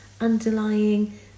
underlying